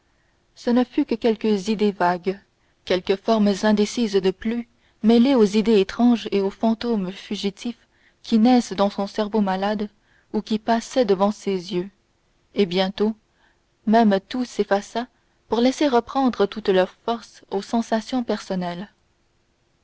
ce ne fut que quelques idées vagues quelques forces indécises de plus mêlées aux idées étranges et aux fantômes fugitifs qui naissaient dans son cerveau malade ou qui passaient devant ses yeux et bientôt même tout s'effaça pour laisser reprendre toutes leurs forces aux sensations personnelles